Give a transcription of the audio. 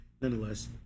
Nonetheless